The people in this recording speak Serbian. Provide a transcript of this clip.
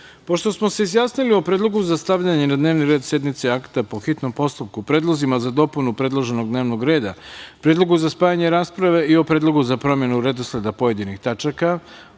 smo se izjasnili o predlogu za stavljanje na dnevni red sednice akta po hitnom postupku, predlozima za dopunu predloženog dnevnog reda, predlogu za spajanje rasprave i o predlogu za promenu redosleda pojedinih tačaka